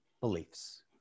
beliefs